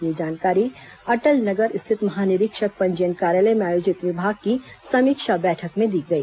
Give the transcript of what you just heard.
यह जानकारी अटलनगर स्थित महानिरीक्षक पंजीयन कार्यालय में आयोजित विभाग की समीक्षा बैठक में दी गई